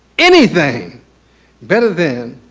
anything better than,